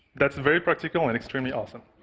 that's very practical and extremely awesome.